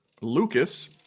Lucas